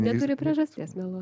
neturi priežasties meluot